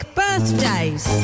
birthdays